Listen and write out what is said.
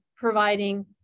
providing